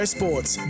Sports